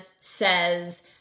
says